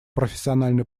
профессиональной